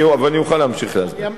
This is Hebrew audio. ואני אוכל להמשיך להסביר.